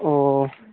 ᱳᱻ